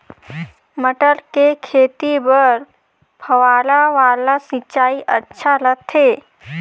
मटर के खेती बर फव्वारा वाला सिंचाई अच्छा रथे?